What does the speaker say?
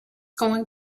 going